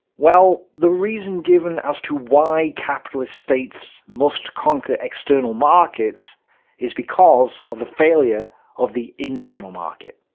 well, the reason given as to why capitalist states must conquer external markets is because of the failure of the internal market.